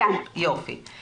דורית, הבנו.